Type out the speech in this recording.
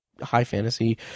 high-fantasy